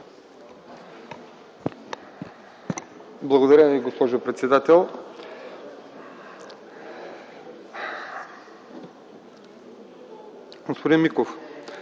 Благодаря Ви, госпожо председател. Господин Миков,